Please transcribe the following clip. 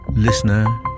Listener